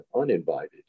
uninvited